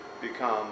become